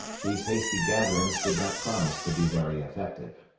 these hasty gatherings did not promise to be very effective.